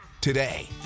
today